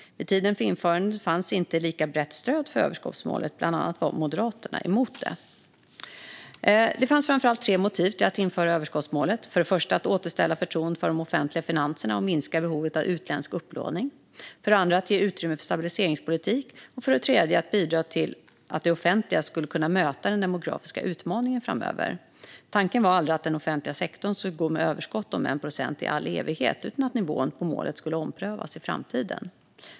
Vid tiden för införandet fanns inte lika brett stöd för överskottsmålet, bland andra Moderaterna var emot det. Det fanns framför allt tre motiv till att införa överskottsmålet: för det första att återställa förtroendet för de offentliga finanserna och minska behovet av utländsk upplåning, för det andra att ge utrymme för stabiliseringspolitik och för det tredje att bidra till att det offentliga ska kunna möta den demografiska utmaningen framöver. Tanken var aldrig att den offentliga sektorn skulle gå med överskott om 1 procent i all evighet utan att nivån på målet skulle omprövas i framtiden.